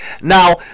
Now